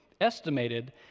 estimated